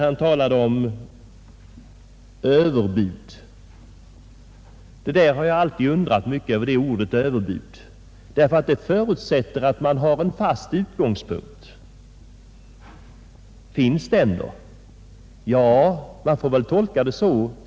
Han talade om överbud. Jag har alltid undrat mycket över ordet ”överbud”. Det förutsätter att man har en fast utgångspunkt. Finns det en sådan?